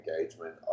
engagement